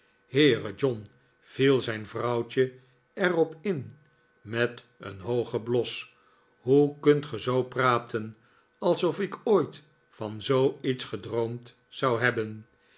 heere john viel zijn vrouwtje er op in met een hoogen bios hoe kunt ge zoo praten alsof ik ooit van zooiets gedroomd zou hebben